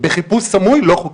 בחיפוש סמוי זה לא חוקי,